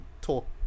talk